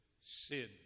sin